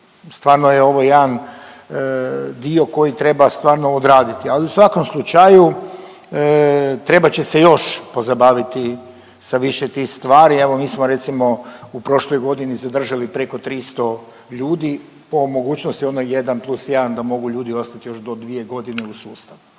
stvarno je ovo jedan dio koji treba stvarno odraditi. Ali u svakom slučaju, trebat će se još pozabaviti sa više tih stvari. Evo mi smo recimo u prošloj godini zadržali preko 300 ljudi po mogućnosti ono 1 plus 1 da mogu ljudi ostati još do dvije godine u sustavu.